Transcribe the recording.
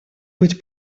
быть